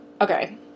okay